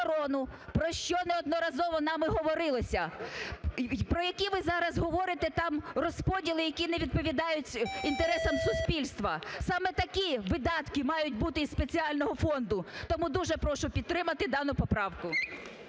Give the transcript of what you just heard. про що неодноразово нами говорилося. Про які ви зараз говорите там розподіли, які не відповідають інтересам суспільства? Саме такі видатки мають бути із спеціального фонду. Тому дуже прошу підтримати дану поправку.